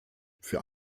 für